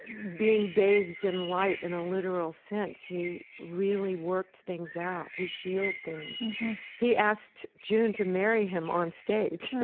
ah being bathed in light in a literal sense, he really worked things out. he healed things mm-hmm he asked june to marry him on stage,